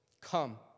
Come